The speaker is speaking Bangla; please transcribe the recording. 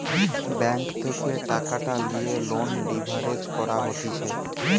ব্যাঙ্ক থেকে টাকা লিয়ে লোন লিভারেজ করা হতিছে